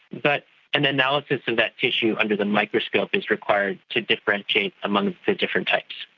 but an analysis and that tissue under the microscope is required to differentiate among the different types.